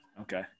Okay